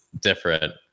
different